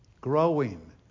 growing